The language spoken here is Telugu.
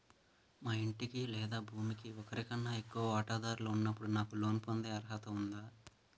మా ఇంటికి లేదా భూమికి ఒకరికన్నా ఎక్కువ వాటాదారులు ఉన్నప్పుడు నాకు లోన్ పొందే అర్హత ఉందా?